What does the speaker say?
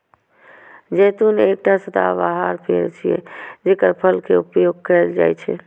जैतून एकटा सदाबहार पेड़ छियै, जेकर फल के उपयोग कैल जाइ छै